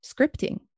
scripting